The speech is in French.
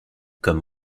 comme